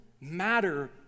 matter